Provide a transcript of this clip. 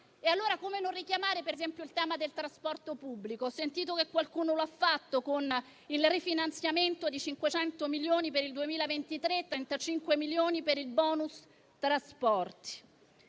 E allora come non richiamare, per esempio, il tema del trasporto pubblico? Ho sentito che qualcuno lo ha fatto, con il rifinanziamento di 500 milioni per il 2023 e 35 milioni per il *bonus* trasporti.